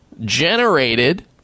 generated